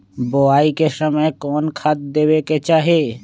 बोआई के समय कौन खाद देवे के चाही?